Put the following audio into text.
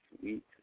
sweet